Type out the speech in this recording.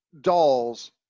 dolls